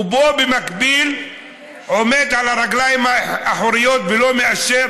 ובמקביל עומד על הרגליים האחוריות ולא מאשר